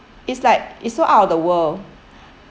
it's like it's so out of the world